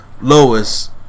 Lois